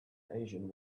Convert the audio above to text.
asian